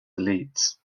elites